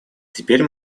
теперь